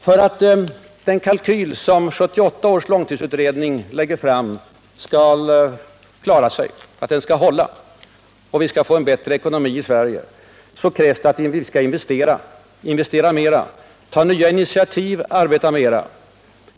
För att den kalkyl som 1978 års långtidsutredning lägger fram skall hålla och vi skall få en bättre ekonomi i Sverige krävs det att vi investerar mera, tar nya initiativ och arbetar mera.